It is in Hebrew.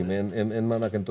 כי אם מענק אין תוספת,